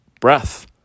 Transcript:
breath